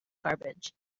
garbage